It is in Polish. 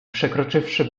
przekroczywszy